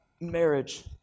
marriage